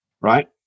right